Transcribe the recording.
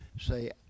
say